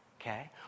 okay